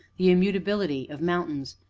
the immutability of mountains,